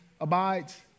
abides